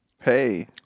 Hey